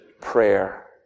prayer